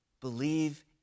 Believe